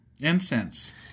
Incense